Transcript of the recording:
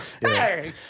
Hey